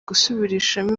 gusubirishamo